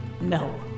No